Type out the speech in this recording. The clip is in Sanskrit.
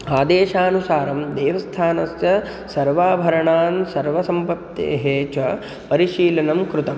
आदेशानुसारं देवस्थानस्य सर्वाभरणानां सर्वसम्पप्तेः च परिशीलनं कृतं